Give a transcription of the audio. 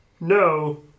no